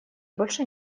больше